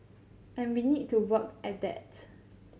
and we need to work at that